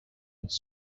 its